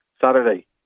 Saturday